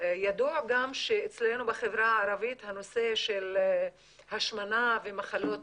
ידוע גם שאצלנו בחברה הערבית הנושא של השמנה ומחלות